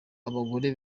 abagore